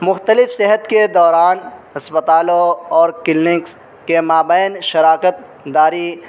مختلف صحت کے دوران اسپتالوں اور کلینکس کے مابین شراکت داری